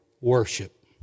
Worship